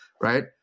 Right